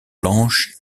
planches